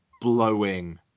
blowing